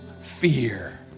fear